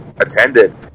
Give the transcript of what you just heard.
attended